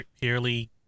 purely